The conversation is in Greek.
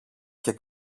και